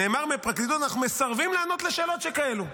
נאמר מהפרקליטות: אנחנו מסרבים לענות לשאלות שכאלו,